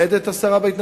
השרה עומדת בהתנגדותה?